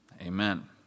amen